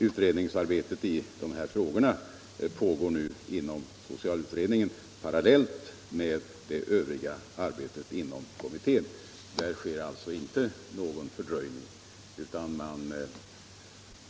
Utredningsarbetet i denna mycket väsentliga fråga pågår nu inom socialutredningen parallellt med det övriga arbetet inom kommittén. Där sker alltså inte någon fördröjning.